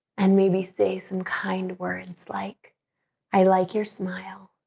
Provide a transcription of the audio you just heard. and maybe say some kind words like i like your smile